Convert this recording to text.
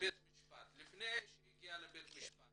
לפני שהיא הגיעה לבית משפט